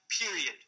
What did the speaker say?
period